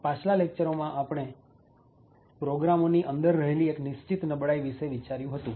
પાછલા લેકચરોમાં આપણે પ્રોગ્રામો ની અંદર રહેલી એક નિશ્ચિત નબળાઈ વિશે વિચાર્યું હતું